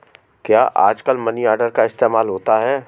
क्या आजकल money order का इस्तेमाल होता है?